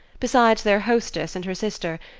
besides their hostess and her sister,